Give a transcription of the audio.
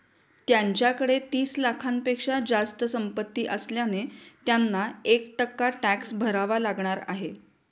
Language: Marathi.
त्यांच्याकडे तीस लाखांपेक्षा जास्त संपत्ती असल्याने त्यांना एक टक्का टॅक्स भरावा लागणार आहे